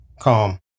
calm